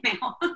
now